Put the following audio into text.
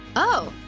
oh,